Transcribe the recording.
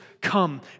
come